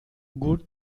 good